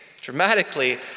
dramatically